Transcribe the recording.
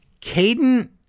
Caden